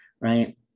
right